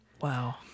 Wow